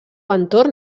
entorn